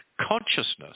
consciousness